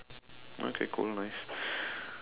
okay cool nice